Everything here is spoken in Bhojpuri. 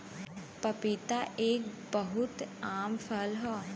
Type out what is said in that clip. पपीता एक बहुत आम फल हौ